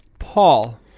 Paul